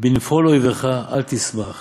'בנפל אויבך אל תשמח